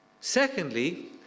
Secondly